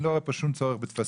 אני לא רואה פה שום צורך בטפסים.